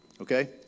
okay